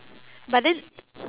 but then